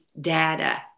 data